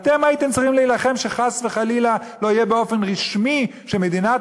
אתם הייתם צריכים להילחם שחס וחלילה לא יהיה באופן רשמי שמדינת